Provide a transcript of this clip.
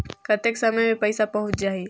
कतेक समय मे पइसा पहुंच जाही?